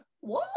Whoa